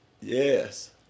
Yes